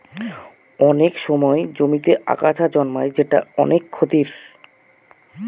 অনেক সময় জমিতে আগাছা জন্মায় যেটা অনেক ক্ষতির